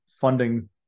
funding